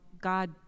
God